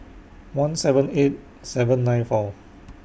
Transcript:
one seven eight seven nine four